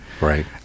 Right